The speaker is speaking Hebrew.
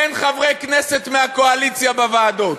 אין חברי כנסת מהקואליציה בוועדות.